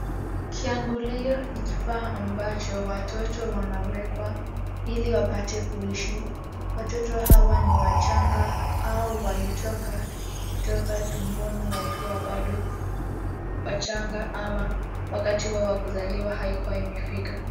Kiangulio ni kifaa ambacho watoto wanawekwa ili wapate kuishi. Watoto hawa ni wachanga au walitoka kutoka tumboni wakiwa bado wachanga ama wakati wao wa kuzaliwa haikua imefika.